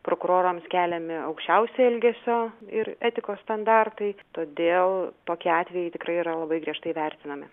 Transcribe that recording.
prokurorams keliami aukščiausi elgesio ir etikos standartai todėl tokie atvejai tikrai yra labai griežtai vertinami